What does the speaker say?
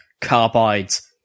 Carbides